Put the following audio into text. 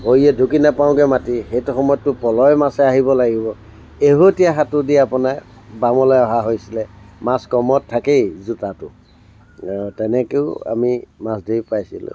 ভৰিৰে ঢুকি নাপাওঁগৈ মাটি সেইটো সময়তটো প'ল'ই মাছে আহিব লাগিব এহতীয়া হাতোদি আপোনাৰ বামলৈ অহা হৈছিলে মাছ কমৰত থাকেই যোটাতো তেনেকেও আমি মাছ ধৰি পাইছিলোঁ